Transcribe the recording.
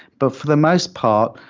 but for the most part,